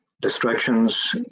distractions